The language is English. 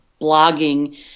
blogging